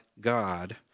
God